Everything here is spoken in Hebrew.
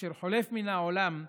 שחולף מן העולם,